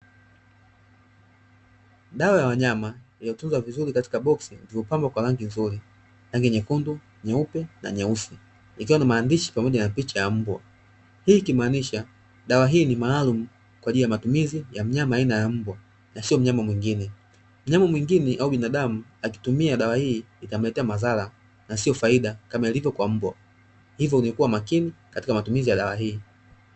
Dawa wa nyama iliyo tunzwa vizuri katika boksi, imepambwa kwa rangi nzuri rangi nyekundu, nyeupe na nyeusi ikiwa na maandishi pamoja na picha ya mbwa. Hii ikimaanisha dawa hii ni maalumu kwa ajili ya matumizi ya mnyama aina ya mwamba, na sio mnyama mwingine. Mnyama mwingine au binadamu akitumia dawa hii, itamletea madhara na sio faida kama ilivyo kwa mbwa. Hivyo kuwa makini katika matumizi ya dawa hii.